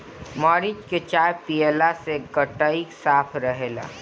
मरीच के चाय पियला से गटई साफ़ रहेला